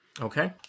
okay